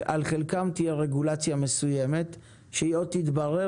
על חלקם תהיה רגולציה מסוימת שהיא עוד תתברר